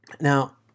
Now